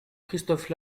christophe